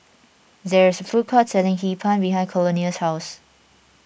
there is a food court selling Hee Pan behind Colonel's house